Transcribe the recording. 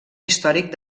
històric